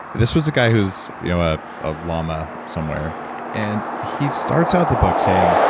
this was a guy who is you know ah a lama somewhere and he starts out the book saying,